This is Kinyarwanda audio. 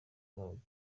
rwabugili